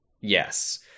Yes